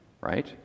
right